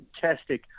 fantastic